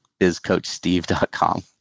bizcoachsteve.com